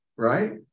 Right